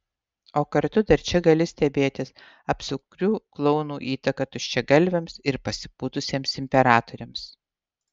o kartu dar čia gali stebėtis apsukrių klounų įtaka tuščiagalviams ir pasipūtusiems imperatoriams